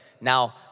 now